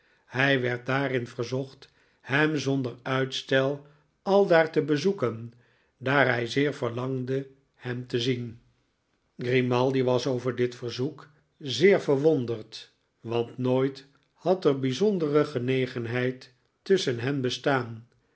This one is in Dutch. hij werd daarin verzocht hem zonder uitstel aldaar te bezoeken daar hij zeer verlangde hem te zien grimaldi was over dit verzoek zeer verwonderd want nooit had er bizondere genegenheid tusschen hen bestaan